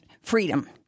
freedom